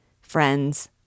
Friends